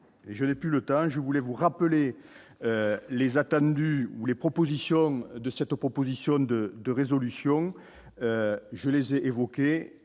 je n'ai plus le temps, je voulais vous rappeler les attendus ou les propositions de cette proposition de de résolutions, je les ai évoqués,